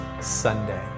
Sunday